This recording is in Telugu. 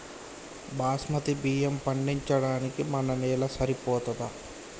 బాస్మతి బియ్యం పండించడానికి మన నేల సరిపోతదా?